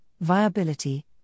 viability